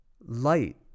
light